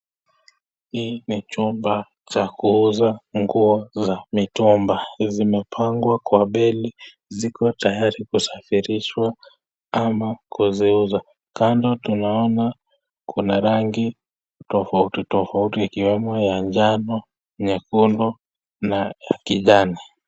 Hii ni chumba cha kuuza nguo za mitumba ,zimepangwa kwa beli ziko tayari kusafirishwa ama kuziuza, kando tunaona kuna rangi tofauti tofauti ikiwemo ya njano, nyekundu na ya kijani.